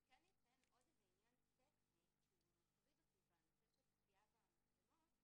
אני אציין עוד עניין טכני שמטריד אותי בנוגע לצפייה במצלמות: